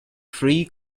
three